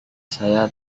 saya